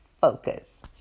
focus